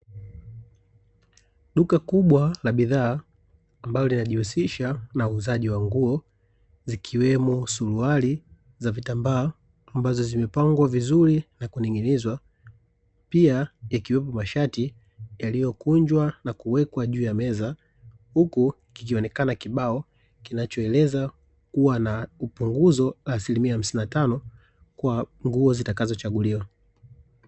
Duka kubwa la bidhaa, ambalo linajihusisha na uuzaji wa nguo, zikiwemo suruali za vitambaa ambazo, zimepangwa vizuri na kuning'inizwa, pia yakiwepo mashati yaliyokunjwa na kuwekwa juu ya meza. Huku kukionekana kibao kinachoeleza kuwa na punguza la asilimia hamsini na tano kwa nguo zitakazochaguliwa.